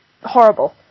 horrible